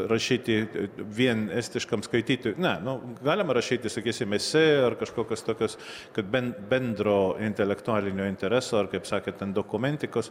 rašyti vien estiškam skaityti ne nu galim rašyti sakysim esė ar kažkokios tokios kad ben bendro intelektualinio intereso ar kaip sakant ant dokumentikos